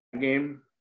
game